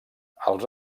els